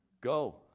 Go